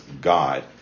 God